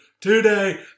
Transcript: today